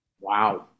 Wow